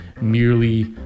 merely